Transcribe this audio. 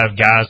guys